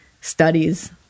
studies